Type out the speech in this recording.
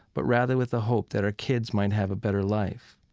but rather with a hope that our kids might have a better life?